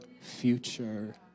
future